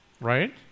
right